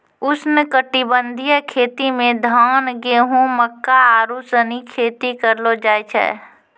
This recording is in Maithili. उष्णकटिबंधीय खेती मे धान, गेहूं, मक्का आरु सनी खेती करलो जाय छै